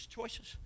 choices